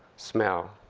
smell.